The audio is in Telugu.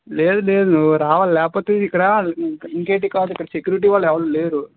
లేదు లేదు నువ్వు రావాలి లేకపోతే ఇక్కడ ఇంకేంటి కాదు ఇక్కడ సెక్యూరిటీ వాళ్ళు ఎవరూ లేరు